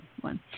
one